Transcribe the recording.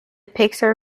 pixar